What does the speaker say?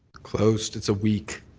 closed. it's a week.